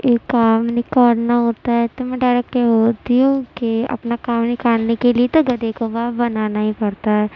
کام نکالنا ہوتا ہے تو میں ڈائریکٹ یہ بولتی ہوں کہ اپنا کام نکالنے کے لیے تو گدھے کو باپ بنانا ہی پڑتا ہے